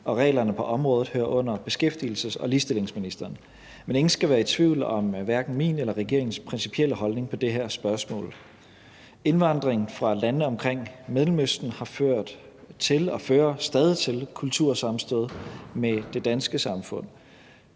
og reglerne på området hører under beskæftigelses- og ligestillingsministeren. Men ingen skal være i tvivl om hverken min eller regeringens principielle holdning til det her spørgsmål. Indvandring fra landene omkring Mellemøsten har ført til og fører stadig til kultursammenstød med det danske samfund,